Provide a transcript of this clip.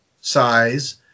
size